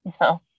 No